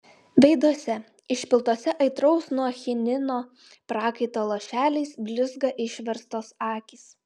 veiduose išpiltuose aitraus nuo chinino prakaito lašeliais blizga išverstos akys